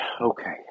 okay